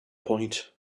point